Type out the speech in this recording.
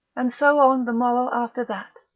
and so on the morrow after that,